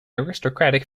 aristocratic